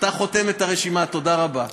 אתה חותם את הרשימה, תודה רבה.